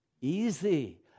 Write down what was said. easy